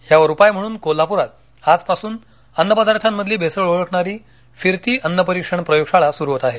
यावर उपाय म्हणून कोल्हाप्रात आजपासून अन्न पदार्थामधली भेसळ ओळखणारी फिरती अन्न परीक्षण प्रयोगशाळा सुरू होत आहे